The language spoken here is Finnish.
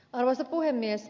arvoisa puhemies